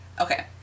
Okay